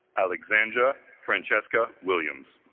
alexandra francesca williams